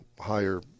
higher